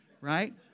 right